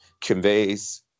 conveys